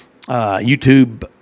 YouTube